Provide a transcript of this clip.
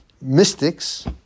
mystics